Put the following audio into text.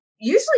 usually